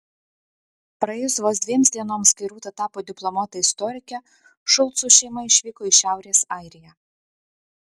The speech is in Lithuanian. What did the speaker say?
praėjus vos dviems dienoms kai rūta tapo diplomuota istorike šulcų šeima išvyko į šiaurės airiją